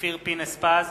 אופיר פינס-פז,